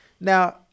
now